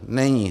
Není.